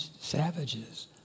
savages